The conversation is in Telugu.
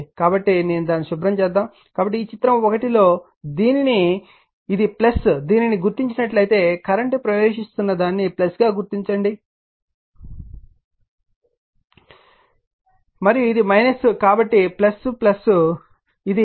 కాబట్టి నేను దానిని శుభ్రం చేద్దాం కాబట్టి ఈ చిత్రం 1 లో ఇది దీనిని గుర్తించినట్లయితే కరెంట్ ప్రవేశిస్తున్న దాన్ని గా గుర్తించండి మరియు ఇది కాబట్టి o ఇది